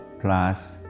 plus